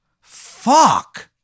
Fuck